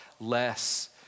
less